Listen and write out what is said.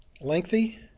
lengthy